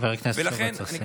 חבר הכנסת סובה, תסיים.